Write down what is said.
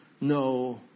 no